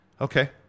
Okay